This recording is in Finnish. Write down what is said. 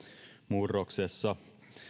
murroksessa